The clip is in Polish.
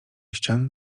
ścian